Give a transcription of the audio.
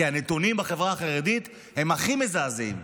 כי הנתונים בחברה החרדית הם הכי מזעזעים: